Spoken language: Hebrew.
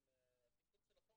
זה התיקון של החוק